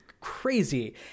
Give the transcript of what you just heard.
crazy